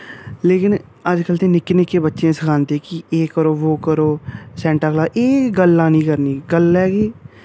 लेकिन अज्जकल दे निक्के निक्के बच्चें गी सखांदे कि एह् करो बो करो सैंटा क्लाज एह् गल्लां नी करनियां गल्ल ऐ कि